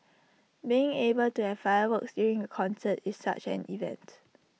being able to have fireworks during A concert is such an event